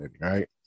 Right